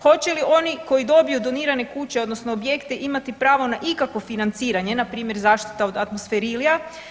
Hoće li oni koji dobiju donirane kuće, odnosno objekte imati pravo na ikakvo financiranje, na primjer zaštita od atmosferilija.